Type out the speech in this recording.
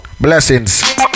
Blessings